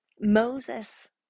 Moses